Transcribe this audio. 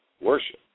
Worship